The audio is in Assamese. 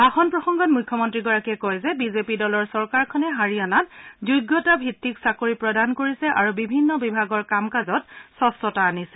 ভাষণ প্ৰসঙ্গত মুখ্যমন্ত্ৰী গৰাকীয়ে কয় যে বিজেপি দলৰ চৰকাৰখনে হাৰিয়ানাত যোগ্যতা অনুসৰি চাকৰি প্ৰদান কৰিছে আৰু বিভিন্ন বিভাগৰ কাম কাজত স্বছ্তা আনিছে